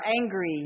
angry